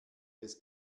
des